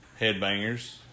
Headbangers